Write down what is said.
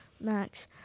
Max